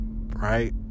right